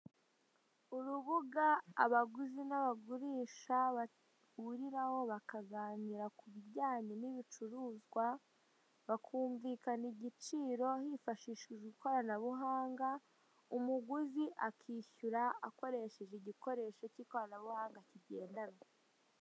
Urubuga abaguzi n'abagurisha bahuriraho bakaganira ku bijyanye n'ibicuruzwa, bakumvikana igiciro hifashishijwe ikoranabuhanga, umuguzi akishyura akoresheje igikoresho cy'ikoranabuhanga kigendanwa.